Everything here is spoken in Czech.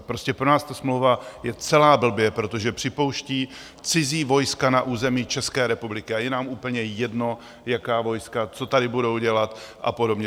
Prostě pro nás ta smlouva je celá blbě, protože připouští cizí vojska na území České republiky, a je nám úplně jedno, jaká vojska, co tady budou dělat a podobně!